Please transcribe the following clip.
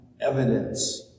evidence